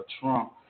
Trump